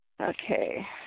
Okay